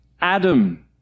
Adam